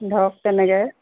ধৰক তেনেকৈ